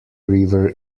river